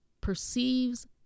perceives